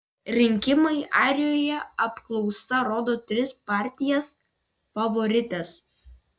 rinkimai airijoje apklausa rodo tris partijas favorites